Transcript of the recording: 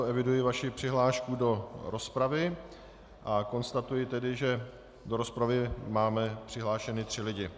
Eviduji vaši přihlášku do rozpravy a konstatuji tedy, že do rozpravy máme přihlášeny tři lidi.